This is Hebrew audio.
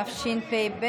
התשפ"ב